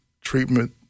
treatment